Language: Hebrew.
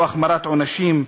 ולא החמרת עונשים,